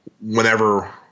whenever –